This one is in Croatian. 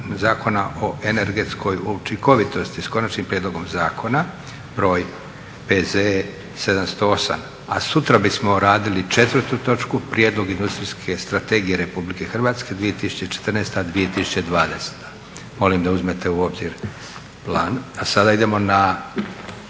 o energetskoj učinkovitosti s konačnim prijedlogom zakona P.Z.708. A sutra bismo radili 4. Prijedlog Industrijske strategije Republike Hrvatske 2014.-2020. Molim da uzmete u obzir plan. A sada idemo na